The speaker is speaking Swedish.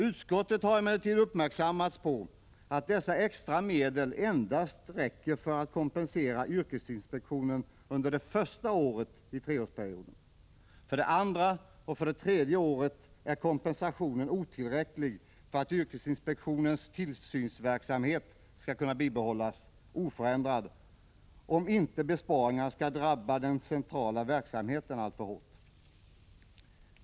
Utskottet har emellertid uppmärksammats på att dessa extra medel endast räcker för att kompensera yrkesinspektionen under det första året i treårsperioden. För andra och tredje året är kompensationen otillräcklig för att yrkesinspektionens tillsynsverksamhet skall kunna bibehållas oförändrad, om inte besparingar skall drabba den centrala verksamheten alldeles för hårt.